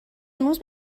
امروز